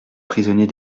prisonnier